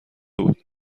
بود